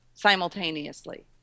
Simultaneously